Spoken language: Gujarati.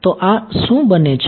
તો આ શું બને છે